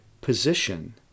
position